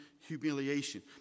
humiliation